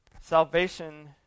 Salvation